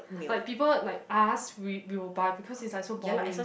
like people like us we we will buy because is like so boring